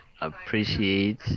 appreciate